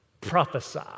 prophesy